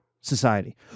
society